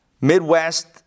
Midwest